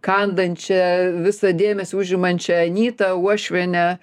kandančia visą dėmesį užimančia anyta uošviene